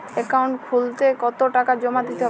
Account খুলতে কতো টাকা জমা দিতে হবে?